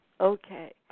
okay